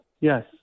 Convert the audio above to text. Yes